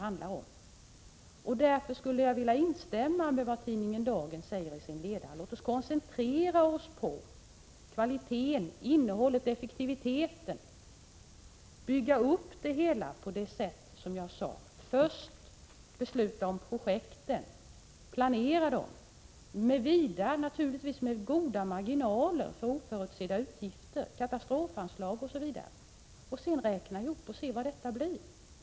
Därför skulle jag vilja instämma i vad tidningen Dagen skriver i sin ledare. Låt oss koncentrera oss på kvaliteten, innehållet, effektiviteten och bygga upp det hela på det sätt som jag redovisat. Först skall vi besluta om projekten, planera dem, naturligtvis med goda marginaler för oförutsedda utgifter, med katastrofanslag, sedan räkna ihop och se vad det blir.